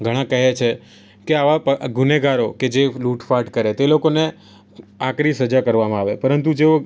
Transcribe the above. ઘણા કહે છે કે આવા ગુનેગારો કે જે લૂંટફાટ કરે તે લોકોને આકરી સજા કરવામાં આવે પરંતુ જો